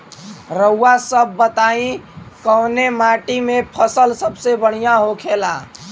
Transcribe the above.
रउआ सभ बताई कवने माटी में फसले सबसे बढ़ियां होखेला?